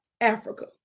Africa